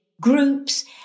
groups